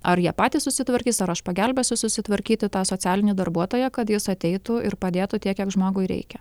ar jie patys susitvarkys ar aš pagelbėsiu susitvarkyti tą socialinį darbuotoją kad jis ateitų ir padėtų tiek kiek žmogui reikia